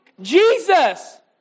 Jesus